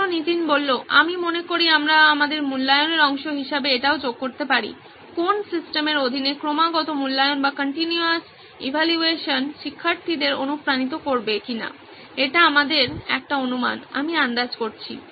ছাত্র নীতিন আমি মনে করি আমরা আমাদের অনুমানের অংশ হিসেবে এটাও যোগ করতে পারি কোন্ সিস্টেমের অধীনে ক্রমাগত মূল্যায়ন শিক্ষার্থীদেরকে অনুপ্রাণিত করবে কিনা এটা আমাদের একটি অনুমান আমি আন্দাজ করছি